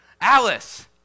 Alice